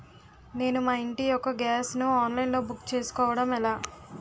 నేను మా ఇంటి యెక్క గ్యాస్ ను ఆన్లైన్ లో బుక్ చేసుకోవడం ఎలా?